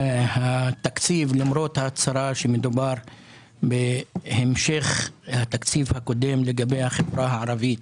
התקציב למרות ההצהרה שמדובר בהמשך התקציב הקודם לגבי החברה הערבית,